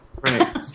Right